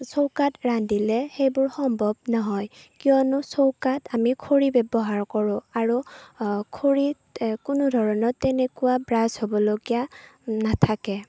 চৌকাত ৰান্ধিলে সেইবোৰ সম্ভৱ নহয় কিয়নো চৌকাত আমি খৰি ব্যৱহাৰ কৰোঁ আৰু খৰিত কোনো ধৰণৰ তেনেকুৱা ব্ৰাছ হ'বলগীয়া নাথাকে